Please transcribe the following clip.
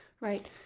Right